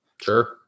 Sure